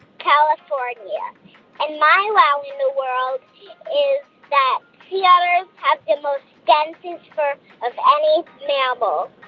calif. um yeah and my wow in the world is that sea otters have the most densest fur of any mammal